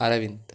Aravind